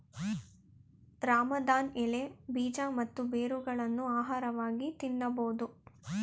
ರಾಮದಾನ್ ಎಲೆ, ಬೀಜ ಮತ್ತು ಬೇರುಗಳನ್ನು ಆಹಾರವಾಗಿ ತಿನ್ನಬೋದು